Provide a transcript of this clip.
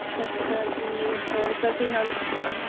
ਸਤਿ ਸ਼੍ਰੀ ਅਕਾਲ ਜੀ ਹੋਰ ਸਰ ਕੀ ਹਾਲ ਚਾਲ ਆ